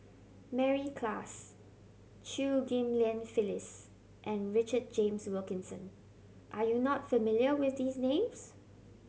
Mary Klass Chew Ghim Lian Phyllis and Richard James Wilkinson are you not familiar with these names